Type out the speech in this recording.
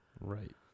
right